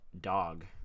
Dog